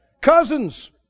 Cousins